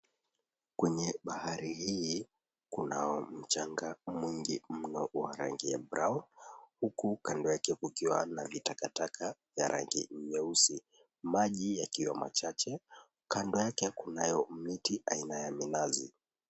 Kwenye bahari hii, kunao mchanga mwingi mno wa rangi ya brown . Huku kando yake kukiwa na vitakatakataka ya rangi nyeusi, maji yakiwa machache. Kando yake kunayo miti aina ya minazi.